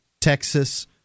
texas